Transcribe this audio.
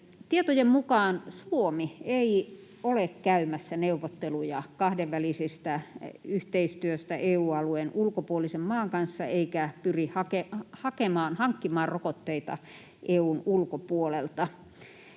Tietojen mukaan Suomi ei ole käymässä neuvotteluja kahdenvälisestä yhteistyöstä EU-alueen ulkopuolisen maan kanssa eikä pyri hankkimaan rokotteita EU:n ulkopuolelta.